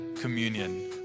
communion